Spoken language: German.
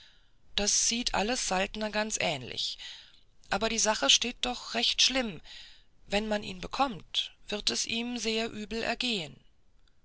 das sieht alles saltner ganz ähnlich aber die sache steht doch recht schlimm wenn man ihn bekommt wird es ihm sehr übel ergehen